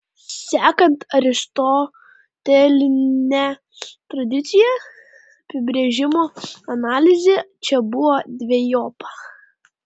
sekant aristoteline tradicija apibrėžimo analizė čia buvo dvejopa